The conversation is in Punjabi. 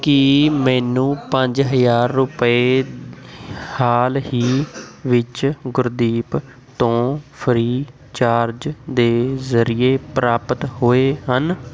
ਕੀ ਮੈਨੂੰ ਪੰਜ ਹਜ਼ਾਰ ਰੁਪਏ ਹਾਲ ਹੀ ਵਿੱਚ ਗੁਰਦੀਪ ਤੋਂ ਫ੍ਰੀਚਾਰਜ ਦੇ ਜ਼ਰੀਏ ਪ੍ਰਾਪਤ ਹੋਏ ਹਨ